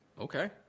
Okay